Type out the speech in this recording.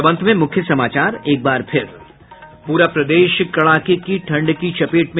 और अब अंत में मुख्य समाचार पूरा प्रदेश कड़ाके की ठंड की चपेट में